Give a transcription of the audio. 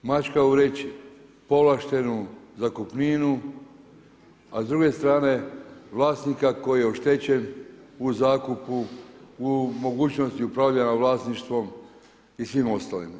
Mačka u vreći, povlaštenu zakupninu, a s druge strane vlasnika koji je oštećen u zakupu u mogućnosti upravljanja vlasništvom i svim ostalim.